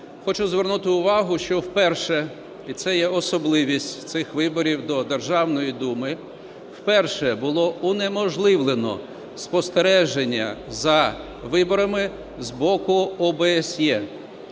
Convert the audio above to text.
Хочу звернути увагу, що вперше, і це є особливість цих виборів до Державної Думи, вперше було унеможливлено спостереження за виборами з боку ОБСЄ